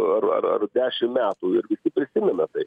ar ar ar dešim metų prisimena tai